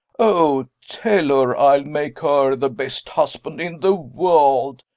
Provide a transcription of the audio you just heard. oh, tell her i'll make her the best husband in the world,